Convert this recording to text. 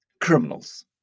criminals